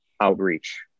outreach